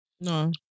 No